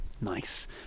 Nice